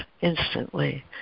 instantly